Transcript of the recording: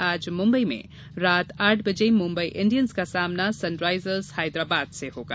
आज मुम्बई में रात आठ बजे मुम्बई इंडियन्स का सामना सनराइजर्स हैदराबाद से होगा